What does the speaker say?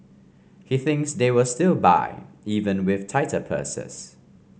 he thinks they will still buy even with tighter purses